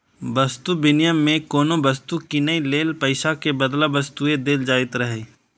वस्तु विनिमय मे कोनो वस्तु कीनै लेल पैसा के बदला वस्तुए देल जाइत रहै